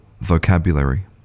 vocabulary